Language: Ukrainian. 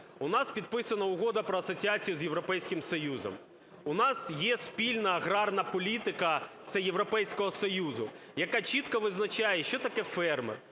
У нас підписана Угода про асоціацію з Європейським Союзом, у нас є спільна аграрна політика, це Європейського Союзу, яка чітко визначає, що таке ферми,